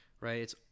right